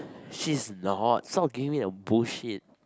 she's not stop giving me that bullshit